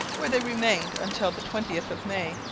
where they remained until the twentieth of may,